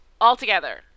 altogether